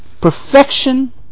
perfection